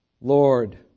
Lord